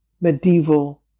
medieval